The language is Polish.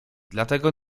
dlatego